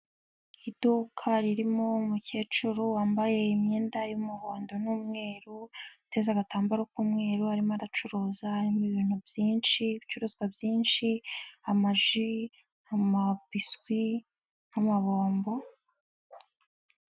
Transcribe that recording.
Iduka ririmo umukecuru wambaye imyenda y'umuhondo n'umweru, uteza agatambaro k'umweru arimo aracuruza harimo ibintu byinshi, ibicuruzwa byinshi amaji, amabiswi n'amabombo...